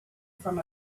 from